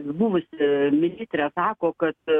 buvusi ministrė sako kad